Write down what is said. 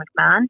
McMahon